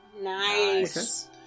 Nice